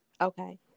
Okay